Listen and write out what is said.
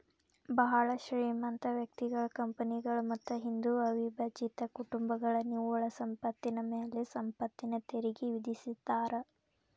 ಭಾಳ್ ಶ್ರೇಮಂತ ವ್ಯಕ್ತಿಗಳ ಕಂಪನಿಗಳ ಮತ್ತ ಹಿಂದೂ ಅವಿಭಜಿತ ಕುಟುಂಬಗಳ ನಿವ್ವಳ ಸಂಪತ್ತಿನ ಮ್ಯಾಲೆ ಸಂಪತ್ತಿನ ತೆರಿಗಿ ವಿಧಿಸ್ತಾರಾ